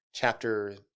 Chapter